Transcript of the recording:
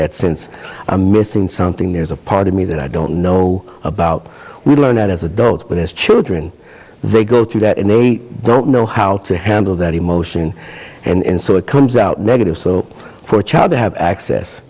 that sense i'm missing something there's a part of me that i don't know about we learn that as adults but as children they go through that and they don't know how to handle that emotion and so it comes out negative so for a child to have access